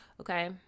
Okay